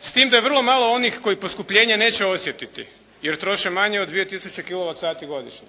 s tim da je vrlo malo onih koji poskupljenje neće osjetiti jer troše manje od 2 tisuće kilovat sati godišnje.